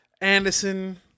Anderson